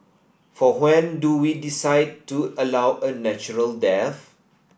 for when do we decide to allow a natural death